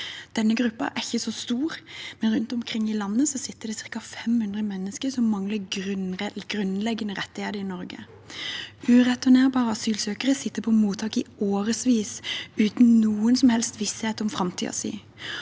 Denne gruppen er ikke så stor, men rundt omkring i landet sitter ca. 500 mennesker som mangler grunnleg gende rettigheter i Norge. «Ureturnerbare» asylsøkere sitter på mottak i årevis uten noen som helst visshet om framtiden sin.